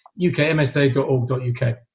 UKMSA.org.uk